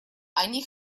они